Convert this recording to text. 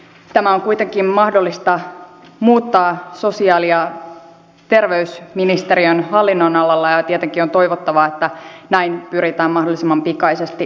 tämä on kuitenkin mahdollista muuttaa sosiaali ja terveysministeriön hallinnonalalla ja tietenkin on toivottavaa että näin pyritään mahdollisimman pikaisesti tekemään